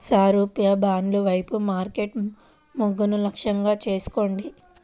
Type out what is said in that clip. సారూప్య బ్రాండ్ల వైపు మార్కెట్ మొగ్గును లక్ష్యంగా చేసుకోండి